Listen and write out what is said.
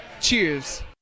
Cheers